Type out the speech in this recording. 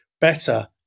better